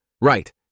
Right